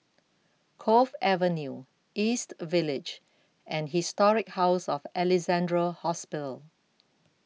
Cove Avenue East Village and Historic House of Alexandra Hospital